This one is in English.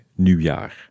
nieuwjaar